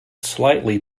slightly